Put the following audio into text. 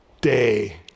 day